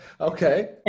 Okay